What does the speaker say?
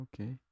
okay